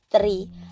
three